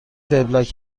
وبلاگ